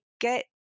get